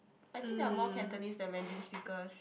I think there are more Cantonese than Mandarin speakers